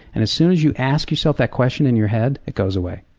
and as soon as you ask yourself that question in your head, it goes away.